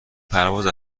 پرواز